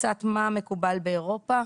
קצת מה מקובל באירופה